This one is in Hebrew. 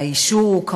והאישור הוא,